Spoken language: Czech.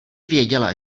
věděla